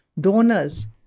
donors